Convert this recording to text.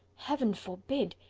heaven forbid!